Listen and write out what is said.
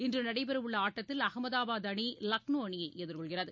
இன்று நடைபெறவுள்ள ஆட்டத்தில் அகமதாபாத் அணி லக்ளோ அணியை எதிர்கொள்கிறது